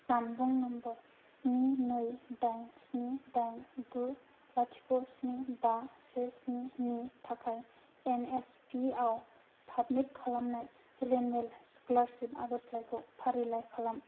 जानबुं नाम्बार स्नि नै दाइन स्नि दाइन गु लाथिख' स्नि बा से स्निनि थाखाय एन एस पि आव साबमिट खालामनाय रिनिउयेल स्कलारसिप आर'जलाइखौ फारिलाइ खालाम